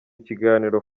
ikiganiro